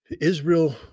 Israel